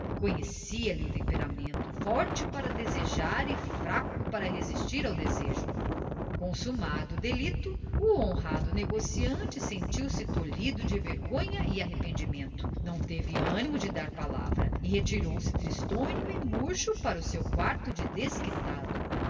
conhecia-lhe o temperamento forte para desejar e fraco para resistir ao desejo consumado o delito o honrado negociante sentiu-se tolhido de vergonha e arrependimento não teve animo de dar palavra e retirou-se tristonho e murcho para o seu quarto de desquitado